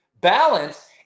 Balance